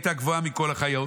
"והיא הייתה גבוהה מכל החיות